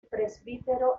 presbítero